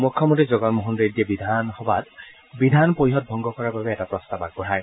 মুখ্যমন্ত্ৰী জগনমোহন ৰেড্ডীয়ে বিধানসভাত বিধান পৰিষদ ভংগ কৰাৰ বাবে এটা প্ৰস্তাৱ আগবঢ়ায়